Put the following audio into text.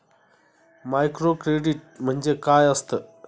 Microcredit म्हणजे काय असतं?